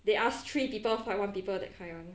they ask three people fight one people that kind [one]